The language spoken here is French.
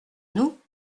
nous